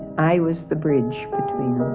i was the bridge between